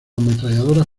ametralladoras